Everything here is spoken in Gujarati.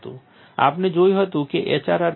આપણે જોયું હતું કે HRR ફીલ્ડ શું છે